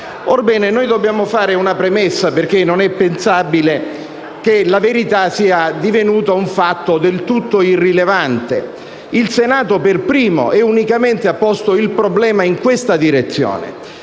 prevenzione. Dobbiamo fare una premessa, perché non è pensabile che la verità sia divenuta un fatto del tutto irrilevante. Il Senato per primo - e unicamente - ha posto il problema in questa direzione;